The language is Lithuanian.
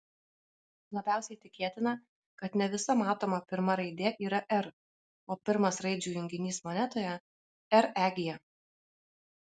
labiausiai tikėtina kad ne visa matoma pirma raidė yra r o pirmas raidžių junginys monetoje reg